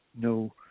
no